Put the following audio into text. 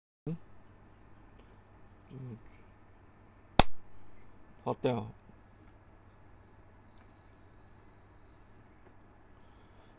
hotel